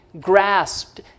grasped